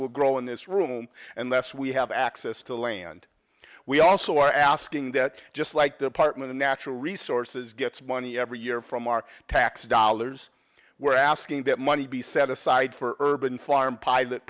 will grow in this room unless we have access to land we also are asking that just like the department of natural resources gets money every year from our tax dollars we're asking that money be set aside for urban farm pilot